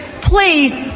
please